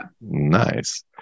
Nice